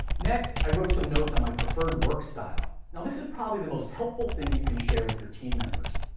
next i wrote some notes on my preferred work style. and this is probably the most helpful thing you can share with your team members.